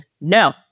no